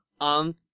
on